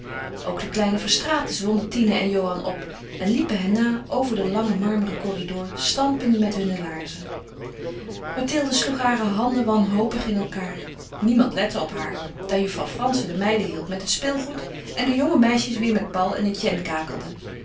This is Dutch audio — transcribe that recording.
ook de kleine verstraetens wonden tine en johan op en liepen hen na over den langen marmeren corridor stampende met hunne laarzen mathilde sloeg hare handen wanhopig in elkaar niemand lette op haar daar juffrouw frantzen de meiden hielp met het speelgoed en de jonge meisjes weêr met paul en etienne kakelden